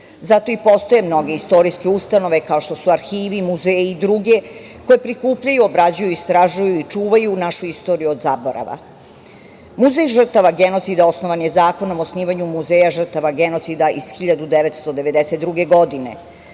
Zato i postoje mnoge istorijske ustanove, kao što su arhivi, muzeji i druge, koje prikupljaju, obrađuju, istražuju i čuvaju našu istoriju od zaborava. Muzej žrtava genocida osnovan je Zakonom o osnivanju muzeja žrtava genocida iz 1992. godine,